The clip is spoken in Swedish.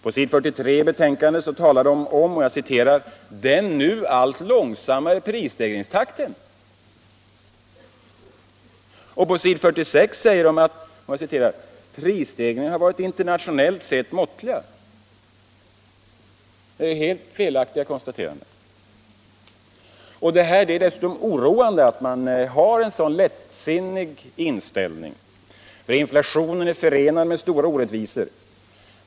På s. 43 i betänkandet talar de om den ”nu allt långsammare prisstegringstakten”. På s. 46 säger de att ”prisstegringarna varit internationellt sett måttliga”. Det är helt felaktiga konstateranden. Det är dessutom oroande att man har en sådan inställning. Inflationen är förenad med stora orättvisor.